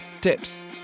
tips